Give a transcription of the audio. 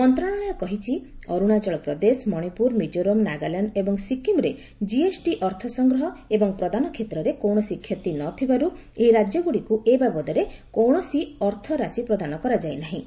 ମନ୍ତ୍ରଶାଳୟ କହିଛି ଅରୁଣାଚଳ ପ୍ରଦେଶ ମଣିପୁର ମିକୋରାମ୍ ନାଗାଲ୍ୟାଣ୍ଡ୍ ଏବଂ ସିକ୍କିମ୍ରେ ଜିଏସ୍ଟି ଅର୍ଥ ସଂଗ୍ରହ ଏବଂ ପ୍ରଦାନ କ୍ଷେତ୍ରରେ କୌଣସି କ୍ଷତି ନ ଥିବାରୁ ଏହି ରାଜ୍ୟଗୁଡ଼ିକୁ ଏ ବାବଦରେ କୌଣସି ଅର୍ଥରାଶି ପ୍ରଦାନ କରାଯାଇ ନାହିଁ